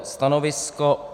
Stanovisko...